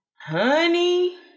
Honey